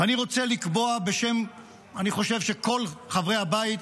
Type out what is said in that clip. ואני רוצה לקבוע בשם, אני חושב שכל חברי הבית,